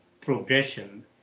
progression